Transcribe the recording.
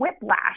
whiplash